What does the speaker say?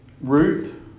Ruth